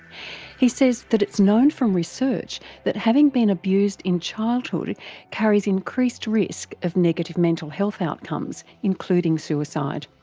he says that it's known from research that having been abused in childhood carries increased risk of negative mental health outcomes, including suicide.